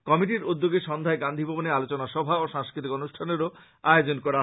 কমিটির উদ্যোগে সন্ধ্যায় গান্ধীভবনে আলোচনা সভা ও সাংস্কৃতিক অনুষ্ঠানের ও আয়োজন করা হয়